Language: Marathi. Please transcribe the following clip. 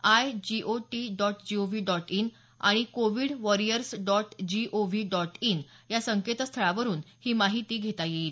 I G O T dot G O V dot in आणि COVID warriors dot G O V dot in या संकेतस्थळावरून ही माहिती घेता येईल